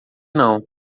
não